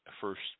first